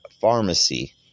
pharmacy